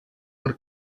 per